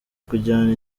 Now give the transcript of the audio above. kujyana